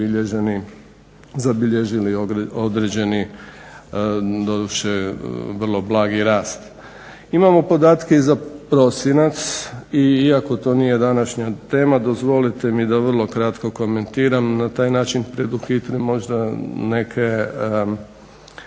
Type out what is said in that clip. su zabilježili određeni doduše vrlo blagi rast. Imamo podatke i za prosinac i iako to nije današnja tema dozvolite mi da vrlo kratko komentiram na taj način preduhitrim možda neke